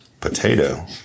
potato